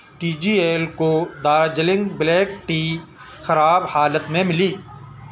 T G L کو Darjeeling black tea خراب حالت میں ملی